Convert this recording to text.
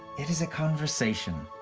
it is a conversation.